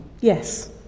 yes